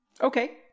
Okay